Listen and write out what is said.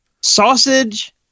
Sausage